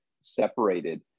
separated